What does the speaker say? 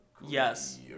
Yes